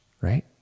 right